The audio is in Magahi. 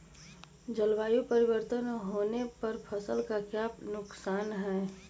जलवायु परिवर्तन होने पर फसल का क्या नुकसान है?